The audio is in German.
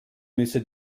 müsse